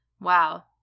Wow